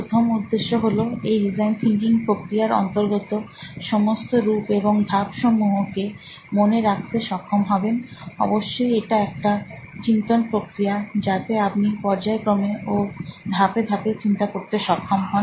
প্রথম উদ্দেশ্য হলো এই ডিজাইন থিঙ্কিং প্রক্রিয়ার অন্তর্গত সমস্ত রূপ এবং ধাপসমূহ কে মনে রাখতে সক্ষম হবেন অবশ্যই এটি একটি চিন্তন প্রক্রিয়া যাতে আপনি পর্যায়ক্রমে ও ধাপে ধাপে চিন্তা করতে সক্ষম হন